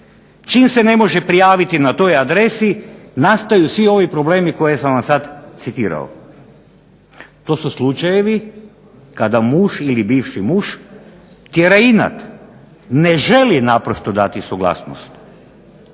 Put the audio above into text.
Čim se ne može prijaviti na toj adresi nastaju svi ovi problemi koje sam vam sad citirao. To su slučajevi kada muž ili bivši muž tjera inat. Ne želi naprosto dati suglasnost.